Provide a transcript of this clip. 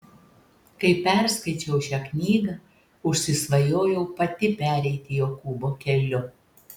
kai perskaičiau šią knygą užsisvajojau pati pereiti jokūbo keliu